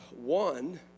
One